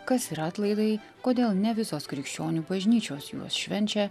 kas yra atlaidai kodėl ne visos krikščionių bažnyčios juos švenčia